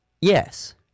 Yes